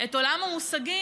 את עולם המושגים.